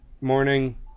morning